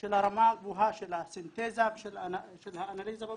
של הרמה הגבוהה של הסינתזה ושל האנליזה בבחינות,